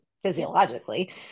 physiologically